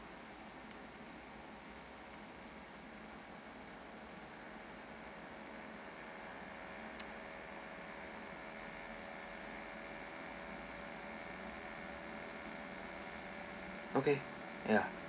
okay ya